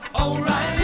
O'Reilly